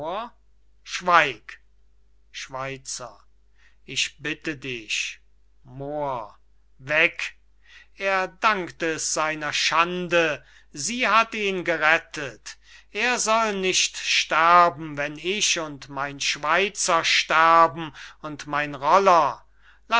schweig schweizer ich bitte dich moor weg er dank es seiner schande sie hat ihn gerettet er soll nicht sterben wenn ich und mein schweizer sterben und mein roller